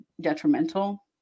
detrimental